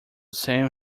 seen